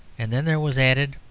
and then there was added,